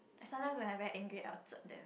and sometimes when I'm very angry I'll tsk them